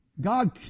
God